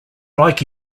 like